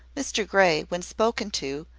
mr grey, when spoken to,